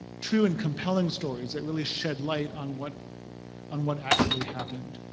true and compelling stories that really shed light on what on what actually happened.